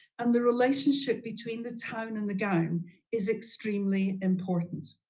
and the relationship between the town and the gown is extremely important.